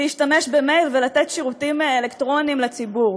להשתמש במייל ולתת שירותים אלקטרוניים לציבור.